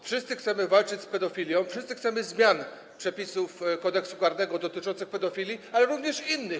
Wszyscy chcemy walczyć z pedofilią, wszyscy chcemy zmian przepisów Kodeksu karnego dotyczących pedofilii, ale również innych.